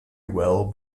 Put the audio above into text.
well